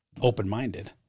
open-minded